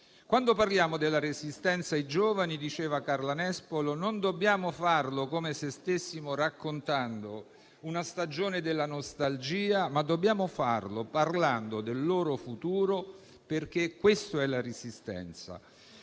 Quando parliamo della Resistenza ai giovani - diceva Carla Nespolo - non dobbiamo farlo come se stessimo raccontando una stagione della nostalgia, ma parlando del loro futuro, perché questo è la Resistenza: